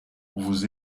vous